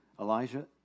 Elijah